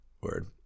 Word